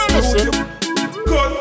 listen